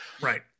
Right